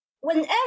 whenever